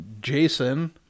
Jason